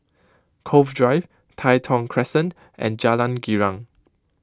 Cove Drive Tai Thong Crescent and Jalan Girang